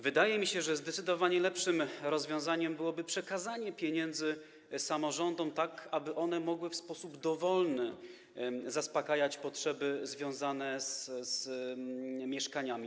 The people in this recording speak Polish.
Wydaje mi się, że zdecydowanie lepszym rozwiązaniem byłoby przekazanie pieniędzy samorządom, tak aby mogły one w sposób dowolny zaspokajać potrzeby związane z mieszkaniami.